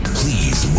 please